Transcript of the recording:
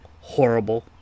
horrible